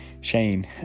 Shane